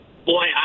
Boy